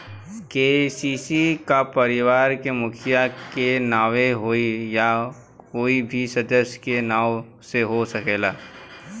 KCC का परिवार के मुखिया के नावे होई या कोई भी सदस्य के नाव से हो सकेला?